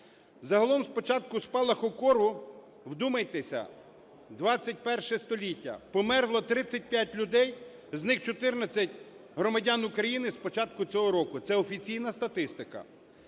Загалом з початку спалаху кору – вдумайтеся, ХХІ століття! - померло 35 людей, з них 14 - громадян України з початку цього року. Це офіційна статистика.